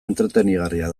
entretenigarria